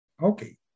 Okay